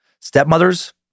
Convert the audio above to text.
Stepmothers